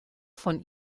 von